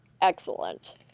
excellent